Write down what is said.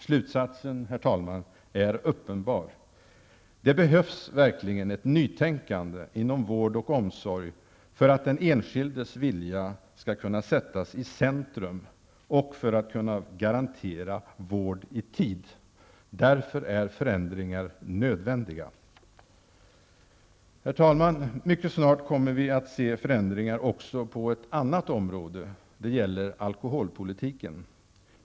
Slutsatsen, herr talman, är uppenbar: Det behövs verkligen ett nytänkande inom vård och omsorg för att den enskildes vilja skall kunna sättas i centrum och för att vård skall kunna garanteras i tid. Därför är förändringar nödvändiga. Herr talman! Mycket snart kommer vi att se förändringar också på ett annat område. Det gäller alkoholpolitiken.